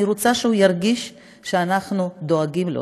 אני רוצה שהוא ירגיש שאנחנו דואגים לו,